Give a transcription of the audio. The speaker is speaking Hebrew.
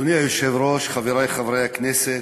אדוני היושב-ראש, חברי חברי הכנסת,